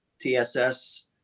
TSS